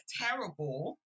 terrible